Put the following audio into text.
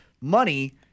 money